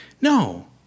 No